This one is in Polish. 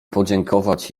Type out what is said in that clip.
podziękować